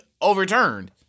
overturned